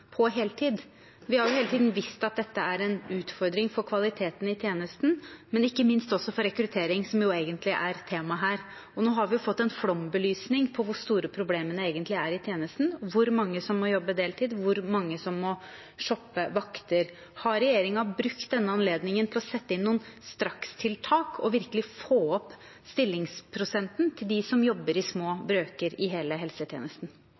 på heltid. Vi har jo hele tiden visst at dette er en utfordring for kvaliteten i tjenesten, men ikke minst også for rekruttering, som jo egentlig er temaet her. Nå har vi fått en flombelysning på hvor store problemene egentlig er i tjenesten – hvor mange som må jobbe deltid, og hvor mange som må shoppe vakter. Har regjeringen brukt denne anledningen til å sette inn strakstiltak og virkelig få opp stillingsprosenten til dem som jobber i små brøker i hele helsetjenesten?